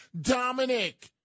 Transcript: Dominic